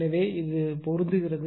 எனவே இது பொருந்துகிறது